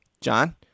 John